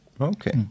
Okay